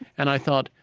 and i thought,